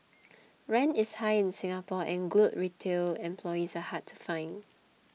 rent is high in Singapore and good retail employees are hard to find